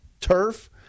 turf